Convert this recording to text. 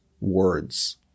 words